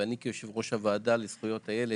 ואני כיושב-ראש הוועדה לזכויות הילד,